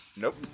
nope